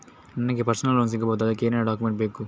ನನಗೆ personal loan ಸಿಗಬಹುದ ಅದಕ್ಕೆ ಏನೆಲ್ಲ ಡಾಕ್ಯುಮೆಂಟ್ ಬೇಕು?